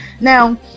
Now